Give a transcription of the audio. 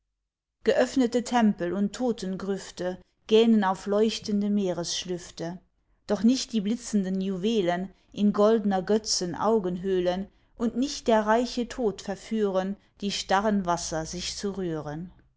geöffnete tempel und totengrüfte gähnen auf leuchtende meeresschlüfte doch nicht die blitzenden juwelen in goldner götzen augenhöhlen und nicht der reiche tod verführen die starren wasser sich zu rühren